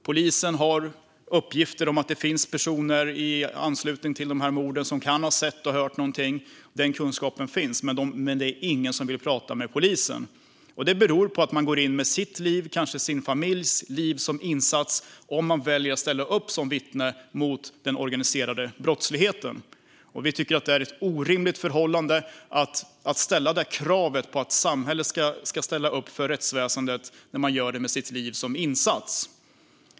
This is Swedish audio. Polisen har uppgifter om att det finns personer i anslutning till morden som kan ha sett och hört någonting - den kunskapen finns - men det är ingen som vill prata med polisen. Det beror på att man går in med sitt liv, kanske med sin familjs liv, som insats om man väljer att ställa upp som vittne mot den organiserade brottsligheten. Vi tycker att det är ett orimligt förhållande att ställa krav på att samhället ska ställa upp för rättsväsendet när man gör det med sitt liv som insats.